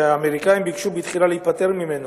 שהאמריקנים ביקשו בתחילה להיפטר ממנו,